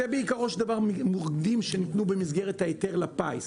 אלה מוקדים שניתנו במסגרת ההיתר לפיס.